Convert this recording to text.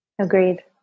Agreed